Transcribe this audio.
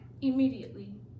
Immediately